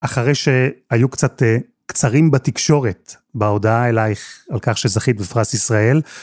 אחרי שהיו קצת קצרים בתקשורת בהודעה אלייך על כך שזכית בפרס ישראל.